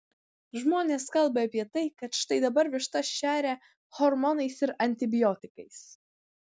žmonės kalba apie tai kad štai dabar vištas šeria hormonais ir antibiotikais